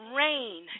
rain